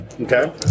Okay